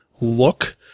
look